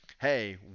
hey